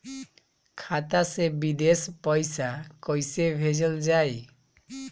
खाता से विदेश पैसा कैसे भेजल जाई?